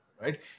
right